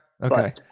Okay